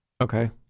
Okay